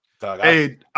Hey